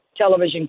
television